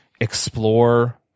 explore